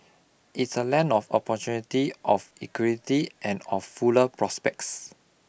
it's a land of opportunity of equality and of fuller prospects